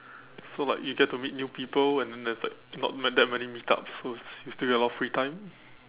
so like you get to meet new people and then there's like not that many meetups so you still get a lot of free time